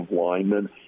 linemen